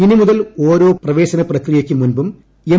ഇനി മുതൽ ഓരോ പ്രവേശനപ്രക്രിയക്കും മുമ്പും എം